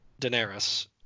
Daenerys